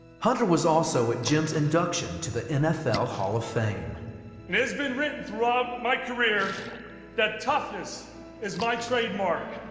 hunter was also at jims induction to the nfl hall of fame. and it has been written throughout my career that toughness is my trademark.